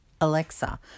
Alexa